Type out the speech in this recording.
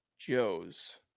Joe's